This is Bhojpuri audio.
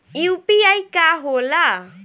यू.पी.आई का होला?